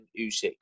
Usyk